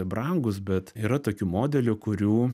brangus bet yra tokių modelių kurių